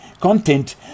content